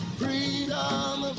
freedom